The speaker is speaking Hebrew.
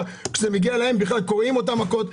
כשזה מגיע אליהם בכלל קורעים אותם במכות,